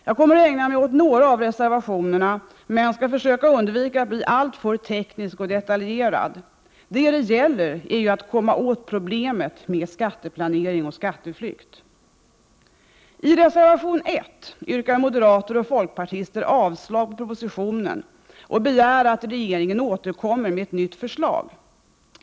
Jag kommer att ägna mig åt några av reservationerna, men jag skall försöka undvika att bli alltför teknisk och detaljerad. Det frågan gäller är ju att komma åt problemet med skatteplanering och skatteflykt. I reservation 1 yrkar moderater och folkpartister avslag på propositionen och begär att regeringen återkommer med ett nytt förslag.